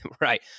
Right